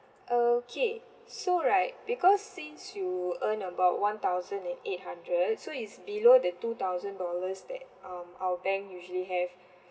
okay so right because since you earn about one thousand and eight hundred so it's below the two thousand dollars that um our bank usually have